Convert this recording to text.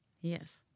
Yes